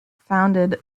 founded